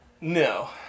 No